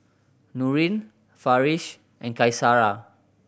Nurin Farish and Qaisara